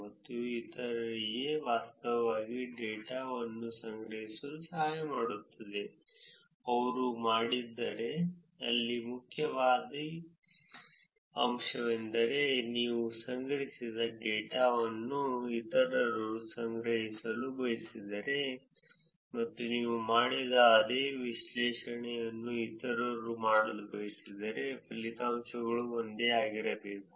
ಇದು ಇತರರಿಗೆ ವಾಸ್ತವವಾಗಿ ಡೇಟಾವನ್ನು ಸಂಗ್ರಹಿಸಲು ಸಹಾಯ ಮಾಡುತ್ತದೆ ಅವರು ಮಾಡಿದ್ದರೆ ಇಲ್ಲಿ ಮುಖ್ಯವಾದ ಅಂಶವೆಂದರೆ ನೀವು ಸಂಗ್ರಹಿಸಿದ ಡೇಟಾವನ್ನು ಇತರರು ಸಂಗ್ರಹಿಸಲು ಬಯಸಿದರೆ ಮತ್ತು ನೀವು ಮಾಡಿದ ಅದೇ ವಿಶ್ಲೇಷಣೆಯನ್ನು ಇತರರು ಮಾಡಲು ಬಯಸಿದರೆ ಫಲಿತಾಂಶಗಳು ಒಂದೇ ಆಗಿರಬೇಕು